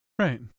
Right